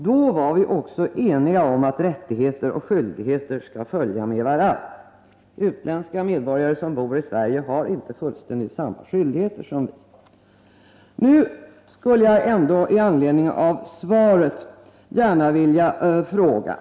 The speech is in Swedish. Då var vi också eniga om att rättigheter och skyldigheter skall följa med varandra. Utländska medborgare som bor i Sverige har inte fullständigt samma skyldigheter som vi. I anledning av frågesvaret skulle jag nu vilja ställa några frågor.